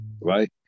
right